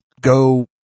go